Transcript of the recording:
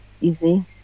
easy